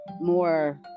more